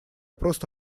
просто